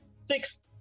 Six